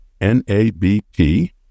NABP